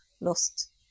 lost